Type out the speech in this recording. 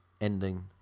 ending